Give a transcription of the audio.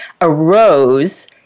arose